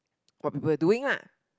what people doing lah